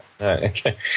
Okay